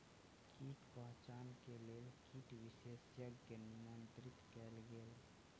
कीट पहचान के लेल कीट विशेषज्ञ के निमंत्रित कयल गेल